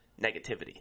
negativity